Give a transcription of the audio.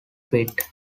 pitt